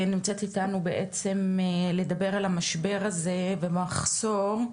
נמצאת איתנו בעצם לדבר על המשבר הזה במחסור,